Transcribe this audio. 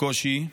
וקושי,